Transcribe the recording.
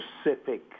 specific